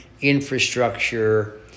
infrastructure